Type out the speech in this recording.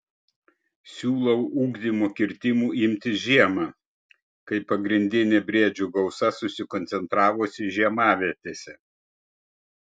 siūlau ugdymo kirtimų imtis žiemą kai pagrindinė briedžių gausa susikoncentravusi žiemavietėse